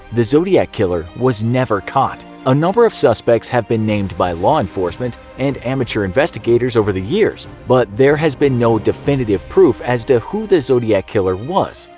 the zodiac killer was never caught. a number of suspects have been named by law enforcement and amateur investigators over the years but there has been no definitive proof as to whom the zodiac killer was.